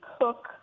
cook